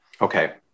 Okay